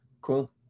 cool